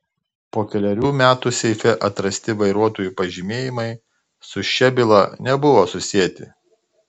po kelerių metų seife atrasti vairuotojų pažymėjimai su šia byla nebuvo susieti